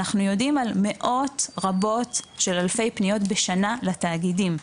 אנחנו יודעים על מאות רבות של אלפי פניות בשנה לתאגידים,